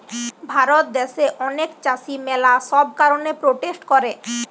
ভারত দ্যাশে অনেক চাষী ম্যালা সব কারণে প্রোটেস্ট করে